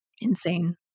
insane